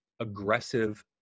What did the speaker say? aggressive